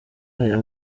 aya